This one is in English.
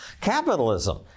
capitalism